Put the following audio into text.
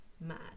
mad